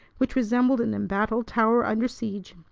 which resembled an embattled tower under siege.